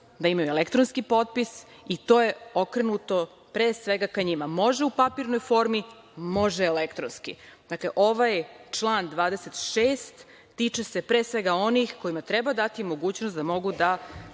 da imaju elektronski potpis i to je okrenuto pre svega ka njima. Može u papirnoj formi, može elektronski. Dakle, ovaj član 26. tiče se pre svega onih kojima treba dati mogućnost da mogu da